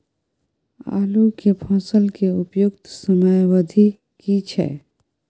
आलू के फसल के उपयुक्त समयावधि की छै?